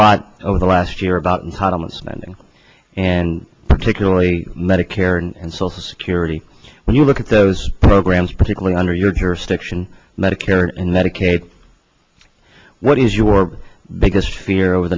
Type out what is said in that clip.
lot over the last year about entitlement spending and particularly medicare and social security when you look at those programs particularly under your jurisdiction medicare and medicaid what is your biggest fear over